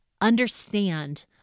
understand